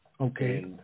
Okay